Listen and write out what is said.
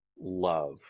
love